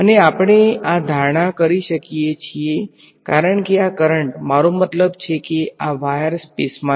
અને આપણે આ ધારણા કરી શકીએ છીએ કારણ કે આ કરંટ મારો મતલબ છે કે આ વાયર સ્પેસમાં છે